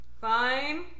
Fine